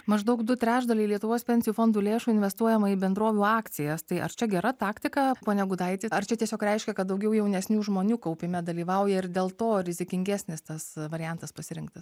maždaug du trečdaliai lietuvos pensijų fondų lėšų investuojama į bendrovių akcijas tai ar čia gera taktika pone gudaiti ar čia tiesiog reiškia kad daugiau jaunesnių žmonių kaupime dalyvauja ir dėl to rizikingesnis tas variantas pasirinktas